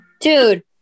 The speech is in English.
Dude